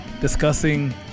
discussing